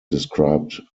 described